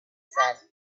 said